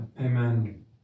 amen